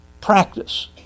practice